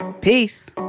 Peace